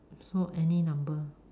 so any number